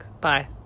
Bye